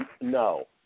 No